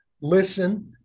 listen